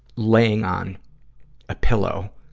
laying on a pillow.